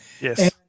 Yes